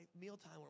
mealtime